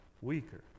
weaker